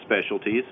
specialties